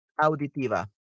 auditiva